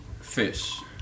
Fish